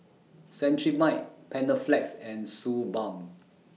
Cetrimide Panaflex and Suu Balm